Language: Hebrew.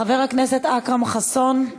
חבר הכנסת אכרם חסון,